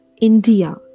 India